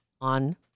on